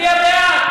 ישניא את היהדות,